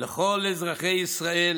לכל אזרחי ישראל